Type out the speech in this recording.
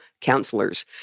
counselors